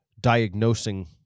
diagnosing